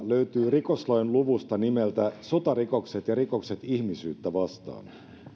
löytyy rikoslain luvusta nimeltä sotarikokset ja rikokset ihmisyyttä vastaan